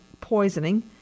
poisoning